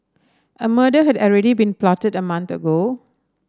a murder had already been plotted a month ago